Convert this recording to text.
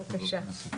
בזה.